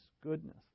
goodness